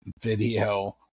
video